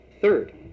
Third